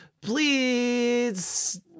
please